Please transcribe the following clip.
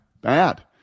bad